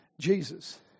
Jesus